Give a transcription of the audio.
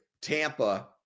Tampa